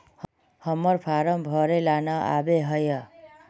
हम्मर फारम भरे ला न आबेहय?